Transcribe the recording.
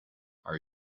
are